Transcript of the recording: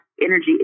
energy